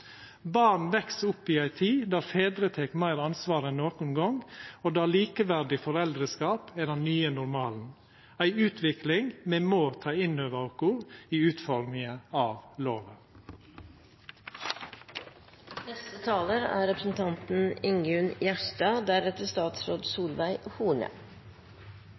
Barn veks opp i ei tid der fedrar tek meir ansvar enn nokon gong, og der likeverdig foreldreskap er den nye normalen – ei utvikling me må ta inn over oss i utforminga av lova. Eg er